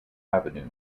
avenue